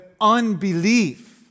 unbelief